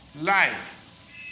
life